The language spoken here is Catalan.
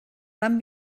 tan